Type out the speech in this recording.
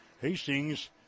Hastings